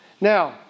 Now